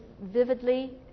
vividly